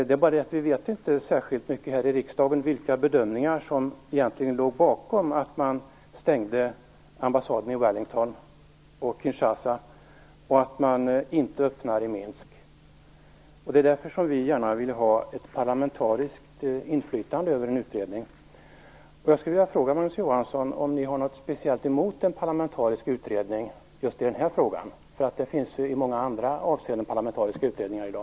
Det är bara det att vi här i riksdagen inte vet särskilt mycket om vilka bedömningar som egentligen låg bakom stängningen av ambassaden i Wellington och Kinshasa och att man inte öppnar i Minsk. Det är därför som vi gärna vill ha ett parlamentariskt inflytande över en utredning. Jag skulle vilja fråga Magnus Johansson: Har ni något speciellt emot en parlamentarisk utredning just i den här frågan? Det finns parlamentariska utredningar i många andra avseenden i dag.